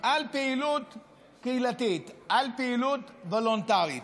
על פעילות קהילתית, על פעילות וולונטרית.